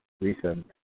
recent